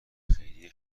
خیریه